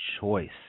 choice